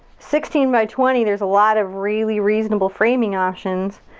sixteen by twenty, there's a lot of really reasonable framing options.